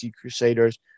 Crusaders